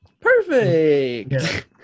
Perfect